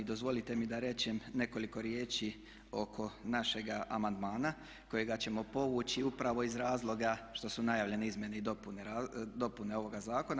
Dozvolite mi da kažem nekoliko riječi oko našega amandmana kojega ćemo povući upravo iz razloga što su najavljene izmjene i dopune ovoga zakona.